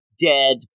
dead